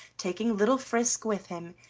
taking little frisk with him,